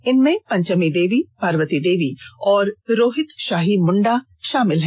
इसमें पंचमी देवी पार्वती देवी और रोहित शाही मुंडा शामिल हैं